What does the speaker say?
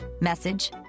message